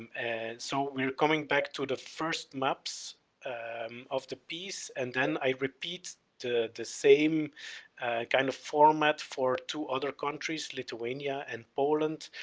and so we're coming back to the first maps um of the piece and then i repeat the, the same kind of format for two other countries, lithuania and poland,